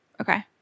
Okay